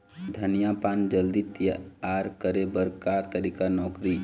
धनिया पान जल्दी तियार करे बर का तरीका नोकरी?